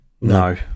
No